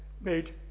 made